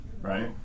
right